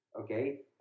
okay